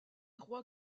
rois